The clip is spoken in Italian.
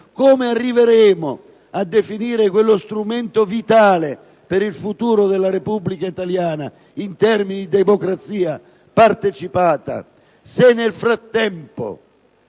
Come arriveremo a definire quello strumento vitale per il futuro della Repubblica italiana in termini di democrazia partecipata, se nel frattempo